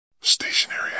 Stationary